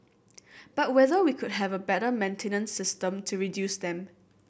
but whether we could have a better maintenance system to reduce them